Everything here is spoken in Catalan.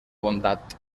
bondat